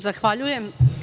Zahvaljujem.